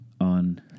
on